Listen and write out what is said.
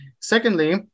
Secondly